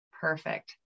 Perfect